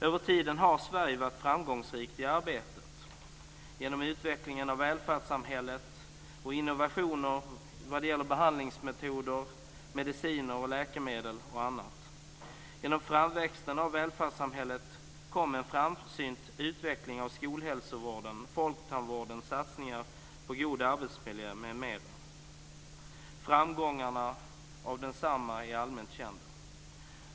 Över tiden har Sverige varit framgångsrikt i det här arbetet genom utvecklingen av välfärdssamhället och innovationer när det gäller behandlingsmetoder, mediciner, läkemedel och annat. Genom framväxten av välfärdssamhället kom en framsynt utveckling av skolhälsovården, folktandvården, satsningar på god arbetsmiljö m.m. Framgångarna är allmänt kända.